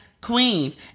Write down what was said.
Queens